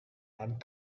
and